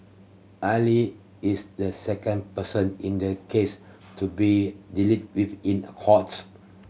Ali is the second person in the case to be dealt with in court